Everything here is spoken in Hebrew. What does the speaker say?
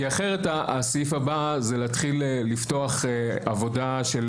כי אחרת הסעיף הבא זה להתחיל לפתוח עבודה של